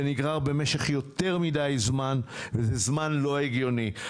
זה נגרר במשך יותר מדיי זמן, וזה זמן לא הגיוני.